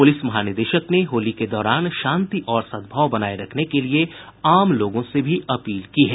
police महानिदेशक ने होली के दौरान शांति और सद्भाव बनाये रखने के लिए आम लोगों से भी अपील की है